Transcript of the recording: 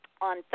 On